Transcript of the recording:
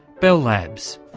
bell labs.